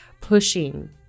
pushing